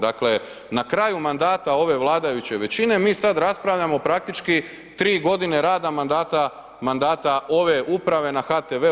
Dakle na kraju mandata ove vladajuće većine mi sada raspravljamo praktički tri godine rada mandata ove uprave na HTV-u.